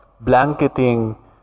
blanketing